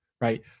Right